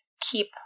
keep